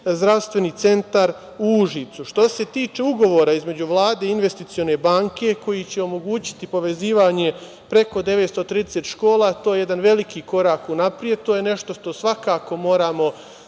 Zdravstveni centar u Užicu. Što se tiče Ugovora između Vlade i Evropske investicione banke, koji će omogućiti povezivanje preko 930 škola, to je jedan veliki korak unapred. To je nešto što svakako moramo